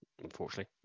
Unfortunately